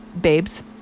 babes